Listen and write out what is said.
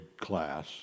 class